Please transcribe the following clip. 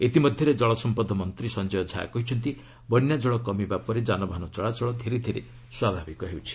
ଇତିମଧ୍ୟରେ କଳସମ୍ପଦ ମନ୍ତ୍ରୀ ସଞ୍ଜୟ ଝା କହିଛନ୍ତି ବନ୍ୟାଜଳ କମିବା ପରେ ଯାନବାହନ ଚଳାଚଳ ଧୀରେ ଧ୍ୱାଭାବିକ ହେଉଛି